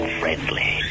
friendly